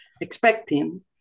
expecting